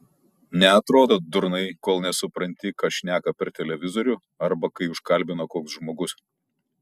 neatrodo durnai kol nesupranti ką šneka per televizorių arba kai užkalbina koks žmogus